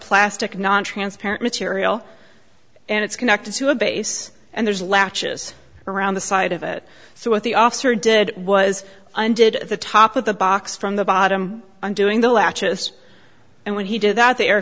plastic nontransparent material and it's connected to a base and there's latches around the side of it so what the officer did was undid the top of the box from the bottom and doing the latches and when he did that the air